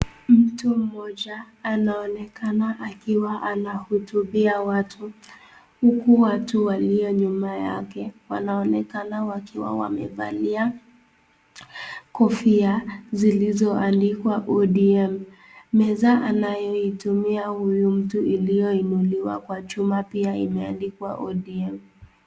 Mtu mmoja anaonekana akiwa anahutubia watu, huku watu walio nyuma yake wanaonekana wakiwa wamevalia kofia zilizo andikwa ODM. Meza anayoitumia huyu mtu iliyoinuliwa kwa chuma pia imeandikwa ODM.